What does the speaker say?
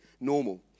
normal